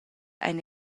ein